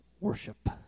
worship